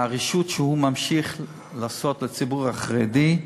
עם הרִשעות שהוא ממשיך לעשות לציבור החרדי,